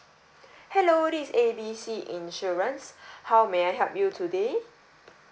hello this is A B C insurance how may I help you today